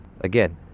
again